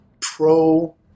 pro